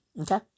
okay